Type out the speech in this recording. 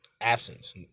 Absence